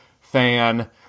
fan